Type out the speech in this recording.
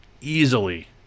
easily –